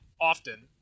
often